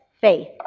faith